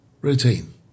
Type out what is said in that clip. Routine